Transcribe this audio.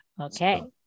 Okay